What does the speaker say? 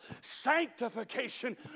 sanctification